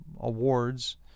awards